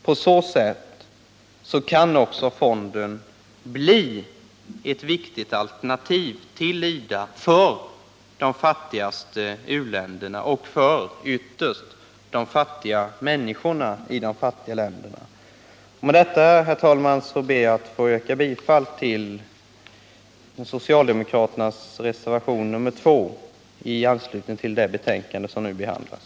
På så sätt kan också fonden bli ett viktigt alternativ till IDA för de fattigaste u-länderna och för, ytterst, de fattiga människorna i de fattiga länderna. Med detta, herr talman, ber jag att få yrka bifall till socialdemokraternas reservation nr 2 i det betänkande som nu behandlas.